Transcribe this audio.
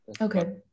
Okay